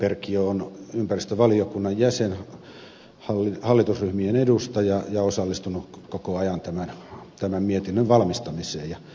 perkiö on ympäristövaliokunnan jäsen hallitusryhmien edustaja ja osallistunut koko ajan tämän mietinnön valmistamiseen